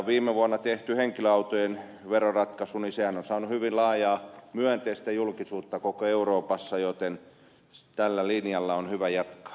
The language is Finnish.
viime vuonna tehty henkilöautojen veroratkaisuhan on saanut hyvin laajaa myönteistä julkisuutta koko euroopassa joten tällä linjalla on hyvä jatkaa